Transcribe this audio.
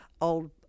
old